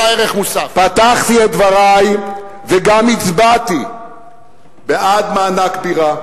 פתחתי את דברי וגם הצבעתי בעד מענק בירה,